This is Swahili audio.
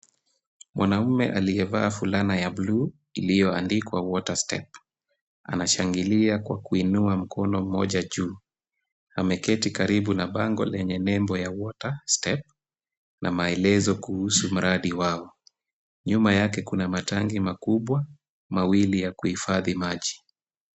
Mwanamume aliyevaa fulana ya bluu iliyoandikwa Water Step anashangilia kwa kuinua mkono mmoja juu. Ameketi karibu na bango lenye nembo ya Water Step na maelezo kuhusu mradi wao. Nyuma yake kuna matangi makubwa mawili ya kuhifadhi maji.